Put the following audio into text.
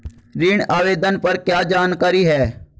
ऋण आवेदन पर क्या जानकारी है?